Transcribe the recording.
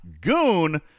Goon